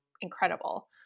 incredible